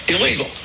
illegal